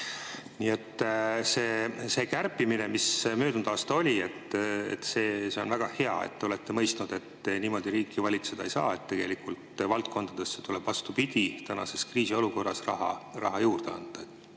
Nii et see kärpimine, mis möödunud aastal oli – väga hea, et te olete mõistnud, et niimoodi riiki valitseda ei saa, et tegelikult valdkondadesse tuleb, vastupidi, tänases kriisiolukorras raha juurde anda.